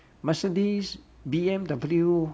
mercedes B_M_W